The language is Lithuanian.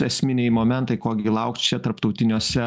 esminiai momentai ko gi laukt čia tarptautiniuose